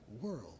world